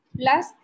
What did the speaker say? plus